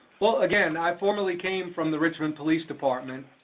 well again, i formerly came from the richmond police department,